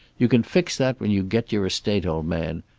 you can fix that when you get your estate, old man.